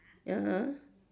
ya ah